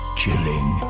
chilling